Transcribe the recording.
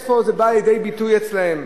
איפה זה בא לידי ביטוי אצלם?